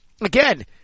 Again